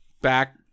back